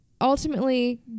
ultimately